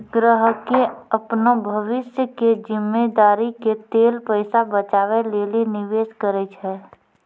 ग्राहकें अपनो भविष्य के जिम्मेदारी के लेल पैसा बचाबै लेली निवेश करै छै